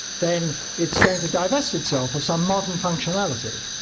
then it's going to divest itself of some modern functionality.